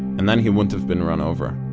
and then he wouldn't have been run over.